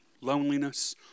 loneliness